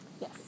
Yes